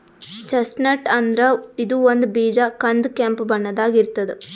chestnut ಅಂದ್ರ ಇದು ಒಂದ್ ಬೀಜ ಕಂದ್ ಕೆಂಪ್ ಬಣ್ಣದಾಗ್ ಇರ್ತದ್